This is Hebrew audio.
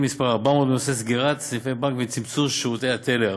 מס' 400 בנושא סגירת סניפי בנק וצמצום שירותי טלר.